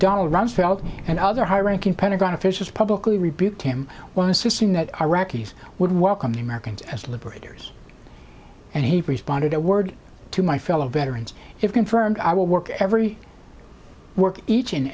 donald rumsfeld and other high ranking pentagon officials publicly rebuked him while insisting that iraqis would welcome the americans as liberators and he responded a word to my fellow veterans if confirmed i will work every work each and